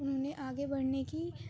انہوں نے آگے بڑھنے کی